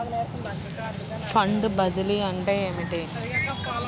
Fund బదిలీ అంటే ఏమిటి?